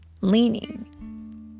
leaning